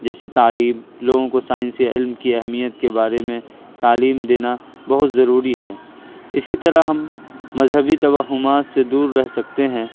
جیسے تعلیم لوگوں کو سائنسی علم کی اہمیت کے بارے میں تعلیم دینا بہت ضروری ہے اسی طرح ہم مذہبی توہمات سے دور رہ سکتے ہیں